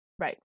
Right